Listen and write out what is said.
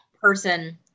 person